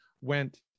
went